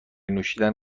نوشیدن